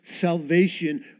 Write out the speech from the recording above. salvation